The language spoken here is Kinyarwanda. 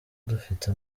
dufite